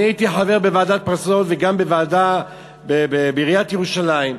הייתי חבר בוועדת "פרזות" וגם בעיריית ירושלים,